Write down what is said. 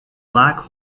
black